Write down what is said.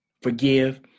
forgive